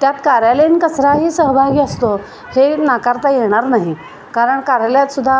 त्यात कार्यालयीन कचराही सहभागी असतो हे नाकारता येणार नाही कारण कार्यालयातसुद्धा